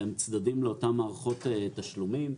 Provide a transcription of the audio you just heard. שהם צדדים לאותן מערכות תשלומים.